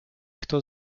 kto